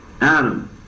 Adam